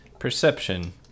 Perception